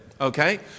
Okay